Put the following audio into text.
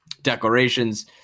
declarations